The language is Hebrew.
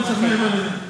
לא צריך מעבר לזה.